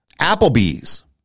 Applebee's